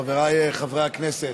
חבריי חברי הכנסת,